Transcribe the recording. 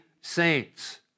saints